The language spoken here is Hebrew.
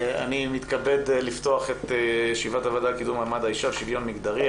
אני מתכבד לפתוח את ישיבת הוועדה לקידום מעמד האישה ולשוויון מגדרי.